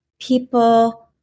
people